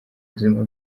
buzima